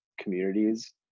communities